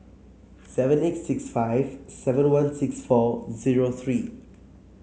seven eight six five seven one six four zero three